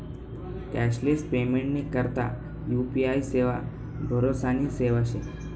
cashless पेमेंटनी करता UPI सेवा भरोसानी सेवा शे